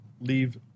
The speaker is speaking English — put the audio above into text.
leave